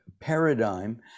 Paradigm